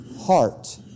heart